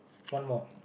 one more